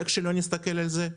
איך שלא נסתכל על זה,